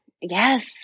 Yes